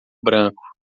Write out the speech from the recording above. branco